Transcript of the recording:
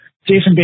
Jason